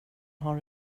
har